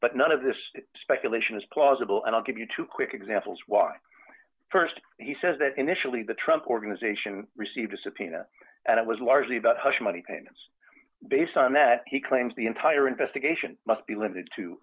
but none of this speculation is plausible and i'll give you two quick examples why st he says that initially the trump organization received a subpoena and it was largely about hush money and it's based on that he claims the entire investigation must be limited to